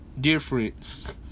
difference